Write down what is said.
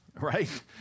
right